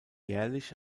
jährlich